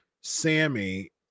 sammy